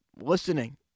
listening